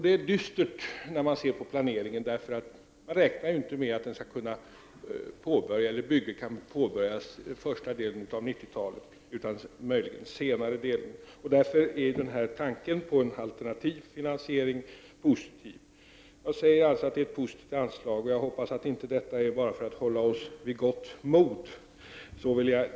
Det är dystert att man i planeringen inte räknar med att bygget skall kunna påbörjas under den första delen av 90-talet, utan möjligen under den senare delen. Tanken på en alternativ finansiering är därför positiv. Jag sade att det i svaret fanns ett positivt anslag, och jag hoppas att anledningen till detta inte bara är att kommunikationsministern vill hålla oss vid gott mod.